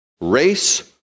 race